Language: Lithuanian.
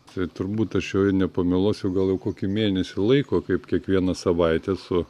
tai turbūt aš čia ir nepameluosiu gal kokį mėnesį laiko kaip kiekvieną savaitę su